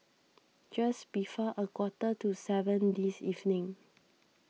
just before a quarter to seven this evening